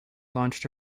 launched